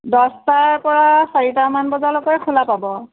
দহটাৰ পৰা চাৰিটামান বজালৈকে খোলা পাব